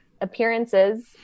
Appearances